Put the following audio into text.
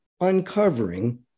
uncovering